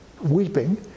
weeping